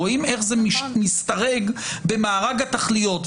רואים איך זה משתרג במארג התכליות,